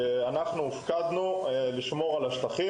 שאנחנו הופקדנו לשמור עליהם.